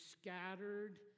scattered